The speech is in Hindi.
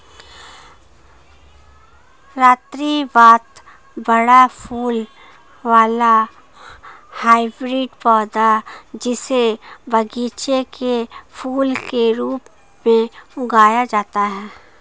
स्रीवत बड़ा फूल वाला हाइब्रिड पौधा, जिसे बगीचे के फूल के रूप में उगाया जाता है